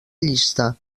llista